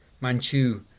Manchu